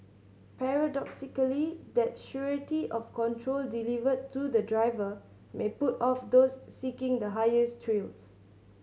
paradoxically that surety of control delivered to the driver may put off those seeking the highest thrills